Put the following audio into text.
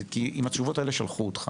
כי עם התשובות האלה שלחו אותך.